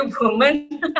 Woman